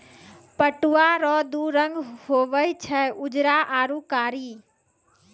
पटुआ रो दू रंग हुवे छै उजरा आरू कारी